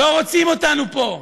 לא רוצים אותנו פה.